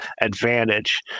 advantage